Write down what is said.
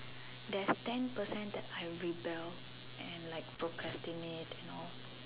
there's ten percent that I rebel and like procrastinate you know